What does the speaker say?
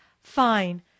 Fine